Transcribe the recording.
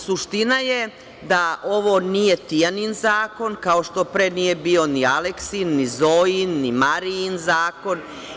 Suština je da ovo nije Tijanin zakon, kao što pre nije bio ni Aleksin, ni Zojin, ni Marijin zakon.